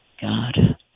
god